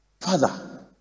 Father